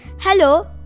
Hello